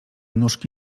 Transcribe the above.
nóżki